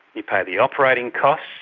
you pay the operating costs,